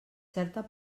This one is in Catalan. certa